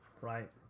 right